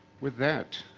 with that,